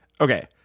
Okay